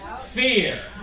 fear